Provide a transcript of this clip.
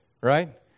right